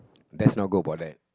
that's go about that